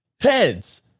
Heads